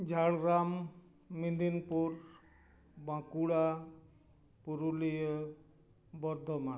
Jhargram Midnapore Bankura Purulia Bardhaman